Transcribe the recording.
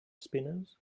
spinners